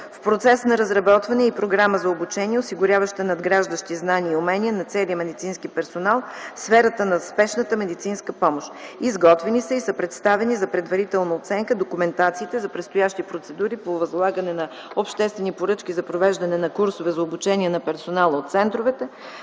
В процес на разработване е и програма за обучение, осигуряваща надграждащи знания и умения на целия медицински персонал в сферата на спешната медицинска помощ. Изготвени са и са представени за предварителна оценка документациите за предстоящи процедури по възлагане на обществени поръчки за провеждане на курсове за обучение на персонала от центровете,